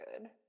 good